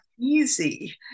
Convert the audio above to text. easy